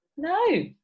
no